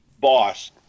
boss